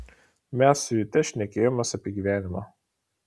mes su jute šnekėjomės apie gyvenimą